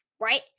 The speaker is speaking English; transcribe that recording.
right